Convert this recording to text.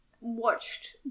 Watched